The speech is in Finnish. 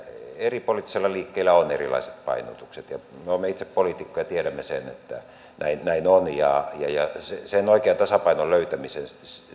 eri poliittisilla liikkeillä on erilaiset painotukset olemme itse poliitikkoja ja tiedämme sen että näin on sen oikean tasapainon löytäminen